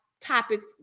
topics